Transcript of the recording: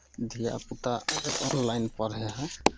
धियापुता अगर ऑनलाइन पढ़ै हइ